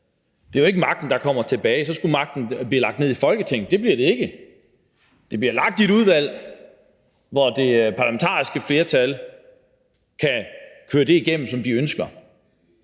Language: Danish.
Det er jo ikke magten, der kommer tilbage, for så skulle magten jo blive lagt ned i Folketinget. Det bliver det ikke. Det bliver lagt i et udvalg, hvor det parlamentariske flertal kan køre det igennem, som de ønsker.